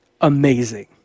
Amazing